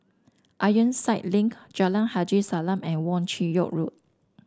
Ironside Link Jalan Haji Salam and Wong Chin Yoke Road